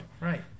Right